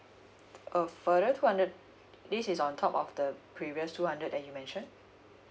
uh for that two hundred this is on top of the previous two hundred that you mentioned